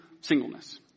singleness